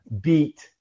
beat